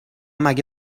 مگه